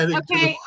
okay